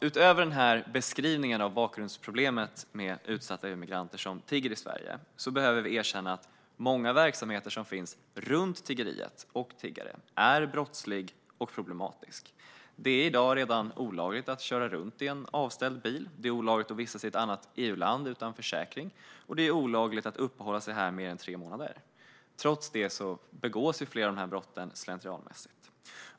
Utöver den här beskrivningen av bakgrundsproblemet med utsatta EU-migranter som tigger i Sverige behöver vi erkänna att många verksamheter runt tiggeriet och tiggare är brottsliga och problematiska. Det är redan i dag olagligt att köra runt i en avställd bil, att vistas i ett annat EU-land utan försäkring och att uppehålla sig här mer än tre månader. Trots detta begås flera av dessa brott slentrianmässigt.